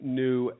new